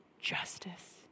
Justice